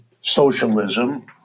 socialism